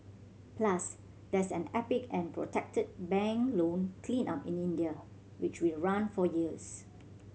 plus there's an epic and protracted bank loan cleanup in India which will run for years